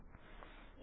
വിദ്യാർത്ഥി